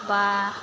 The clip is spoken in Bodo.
एबा